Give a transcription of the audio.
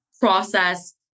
process